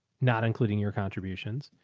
not including your contributions.